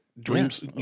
dreams